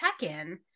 check-in